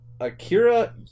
Akira